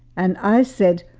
and i said,